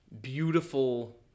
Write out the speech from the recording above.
beautiful